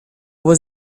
was